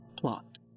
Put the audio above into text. plot